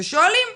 ושואלים.